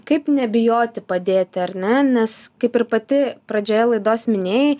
kaip nebijoti padėti ar ne nes kaip ir pati pradžioje laidos minėjai